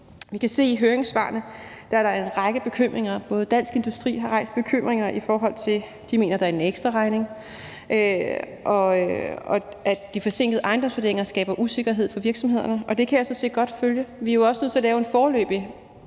se, at der i høringssvarene er en række bekymringer. Dansk Industri har rejst bekymringer, i forhold til at de mener, at der er en ekstraregning, og at de forsinkede ejendomsvurderinger skaber usikkerhed for virksomhederne. Og det kan jeg sådan set godt følge. Vi er jo også nødt til at lave en foreløbig